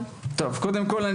קודם כל,